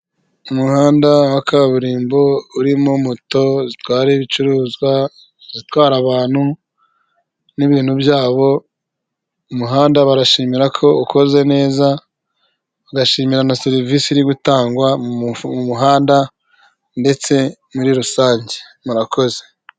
Umuhanda wa kaburimbo urimo moto zitwara ibicuruzwa, izitwara abantu n'ibintu byabo umuhanda barashimira ko ukoze neza ugashimira na serivisi iri gutangwa mu muhanda ndetse muri rusange murakoze.